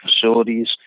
facilities